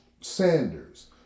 Sanders